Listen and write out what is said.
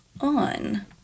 on